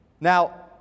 Now